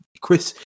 Chris